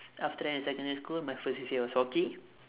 after that in secondary school my first C_C_A was hockey